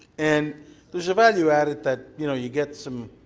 and there's a value added that, you know, you get some